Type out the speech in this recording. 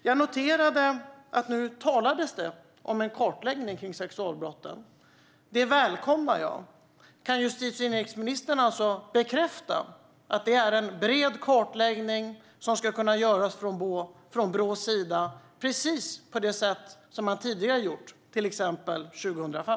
Jag noterade att det nu talades om en kartläggning av sexualbrotten. Det välkomnar jag. Kan justitie-och inrikesministern alltså bekräfta att det handlar om en bred kartläggning som Brå ska kunna göra på precis det sätt man tidigare har gjort, till exempel 2005?